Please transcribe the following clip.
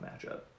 matchup